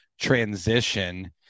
transition